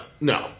No